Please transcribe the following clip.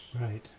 Right